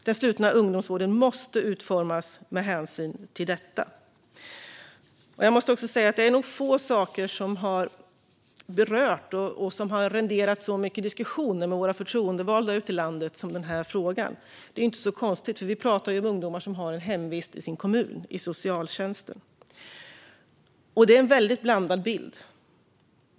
Den slutna ungdomsvården måste utformas med hänsyn till detta. Det är nog få saker som har berört så mycket och renderat så mycket diskussioner med våra förtroendevalda ute i landet som denna fråga. Det är inte så konstigt, för vi pratar om ungdomar som har hemvist i sin kommun, i socialtjänsten. Bilden är väldigt blandad.